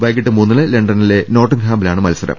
വൈകീട്ട് മൂന്നിന് ലണ്ടനിലെ നോട്ടിംഗ്ഹാമിലാണ് മത്സരം